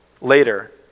later